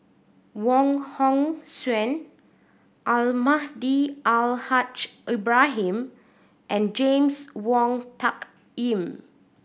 Wong Hong Suen Almahdi Al Haj Ibrahim and James Wong Tuck Yim